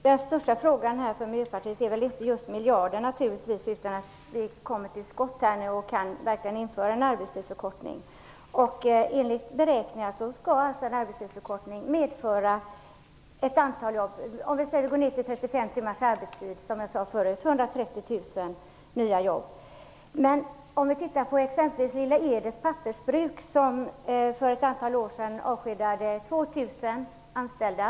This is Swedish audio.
Fru talman! Det viktigaste för Miljöpartiet är inte antalet miljarder utan att vi verkligen kan komma till skott vad gäller en arbetstidsförkortning. Enligt beräkningar skall en arbetstidsförkortning, t.ex. ned till 35 timmar, som jag förut sade, medföra 230 000 nya jobb. Lilla Edets pappersbruk, som använder returpapper, avskedade t.ex. för ett antal år sedan 2 000 anställda.